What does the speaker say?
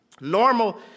Normal